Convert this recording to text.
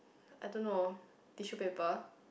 I don't know tissue paper